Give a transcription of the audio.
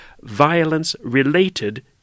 violence-related